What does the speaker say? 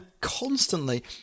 constantly